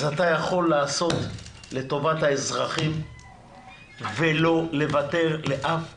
אז אתה יכול לעשות לטובת האזרחים ולא לוותר לאף אחד.